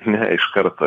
ne iš karto